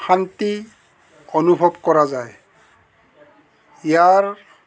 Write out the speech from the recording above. শান্তি অনুভৱ কৰা যায় ইয়াৰ